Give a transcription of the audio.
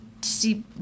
see